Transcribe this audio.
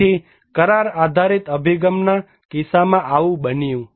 તેથી કરાર આધારીત અભિગમના કિસ્સામાં આવું બન્યું